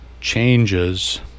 changes